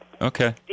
Okay